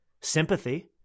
sympathy